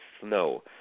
snow